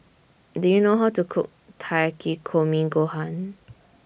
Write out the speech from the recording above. Do YOU know How to Cook Takikomi Gohan